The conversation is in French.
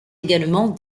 également